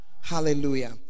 Hallelujah